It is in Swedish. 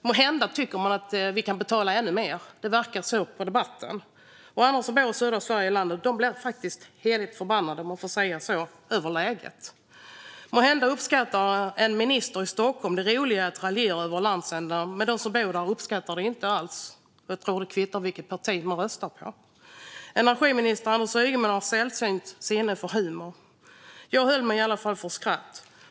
Måhända tycker man att vi kan betala ännu mer - det verkar så i debatten. Alla som bor i södra Sverige blev faktiskt heligt förbannade, om man får säga så, över läget. Måhända uppskattar en minister i Stockholm det roliga i att raljera över landsändan, men de som bor där uppskattar det inte alls, och jag tror att det kvittar vilket parti man röstar på. Energiminister Anders Ygeman har ett sällsynt sinne för humor. Jag höll mig i alla fall för skratt.